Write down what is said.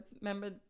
remember